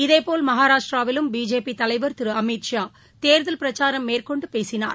இதேபோல் மகாராஷ்டிராவிலும் பிஜேபி தலைவர் திரு அமித்ஷா தேர்தல் பிரச்சாரம் மேற்கொண்டு பேசினார்